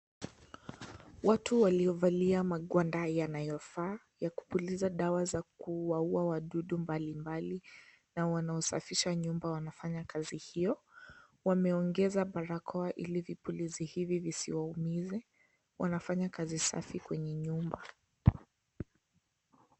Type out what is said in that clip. Watu waliovalia magwanda yanayofaa, wakipuliza dawa za kuwaua wadudu mbalimbali na wanaosafisha nyumba wanafanya kazi hio. Wameongeza barakoa ili vipulizi hivi zisiwaumize. Wanafanya kazi safi kwenye nyumba.